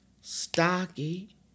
stocky